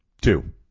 Two